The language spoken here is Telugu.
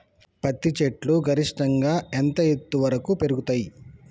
పత్తి చెట్లు గరిష్టంగా ఎంత ఎత్తు వరకు పెరుగుతయ్?